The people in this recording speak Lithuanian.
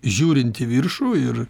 žiūrint į viršų ir